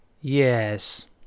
Yes